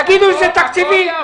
תגידו שזה תקציבי.